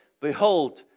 Behold